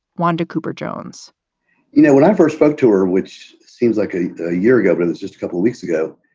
wanda cooper jones no you know one ever spoke to her, which seems like a ah year ago, but and it's just a couple of weeks ago.